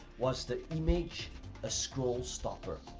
was the image a scroll stopper?